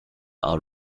are